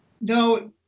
No